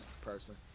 person